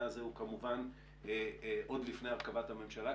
הזה הוא כמובן עוד לפני הרכבת הממשלה,